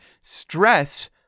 stress